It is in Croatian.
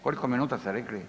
Koliko minuta ste rekli?